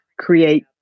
Create